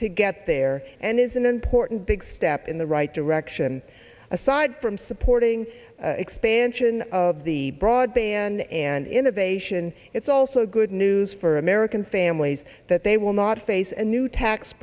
to get there and is an important big step in the right direction aside from supporting expansion of the broadband and innovation it's also good news for american families that they will not face and new tax